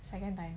second time